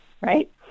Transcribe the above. right